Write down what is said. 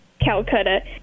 Calcutta